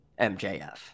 MJF